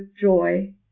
joy